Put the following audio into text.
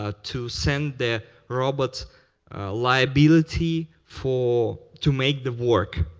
ah to send the robot liability for to make them work.